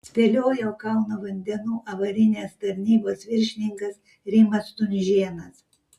spėliojo kauno vandenų avarinės tarnybos viršininkas rimas stunžėnas